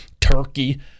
turkey